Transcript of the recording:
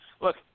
Look